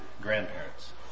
grandparents